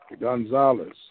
Gonzalez